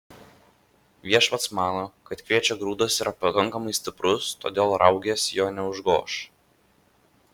viešpats mano kad kviečio grūdas yra pakankamai stiprus todėl raugės jo neužgoš